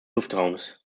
luftraums